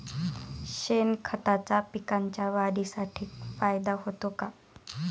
शेणखताचा पिकांच्या वाढीसाठी फायदा होतो का?